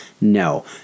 No